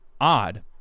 odd